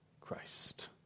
Christ